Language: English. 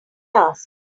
task